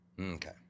Okay